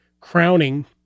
crowning